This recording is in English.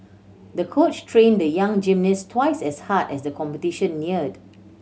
the coach trained the young gymnast twice as hard as the competition neared